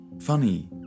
funny